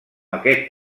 aquest